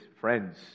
friends